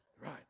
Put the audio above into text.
Right